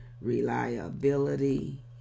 reliability